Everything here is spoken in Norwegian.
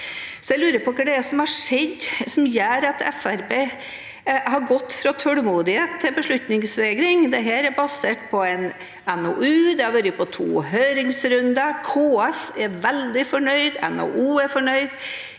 som gjør at Fremskrittspartiet har gått fra utålmodighet til beslutningsvegring. Dette er basert på en NOU, det har vært på to høringsrunder, KS er veldig fornøyd, NHO er fornøyd.